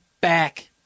back